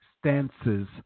stances